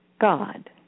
God